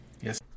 yes